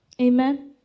Amen